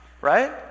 right